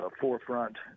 forefront